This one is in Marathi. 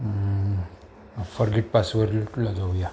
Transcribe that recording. फर्गेट पासवर ला जाऊया